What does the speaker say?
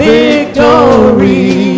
victory